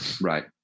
Right